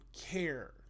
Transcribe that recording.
care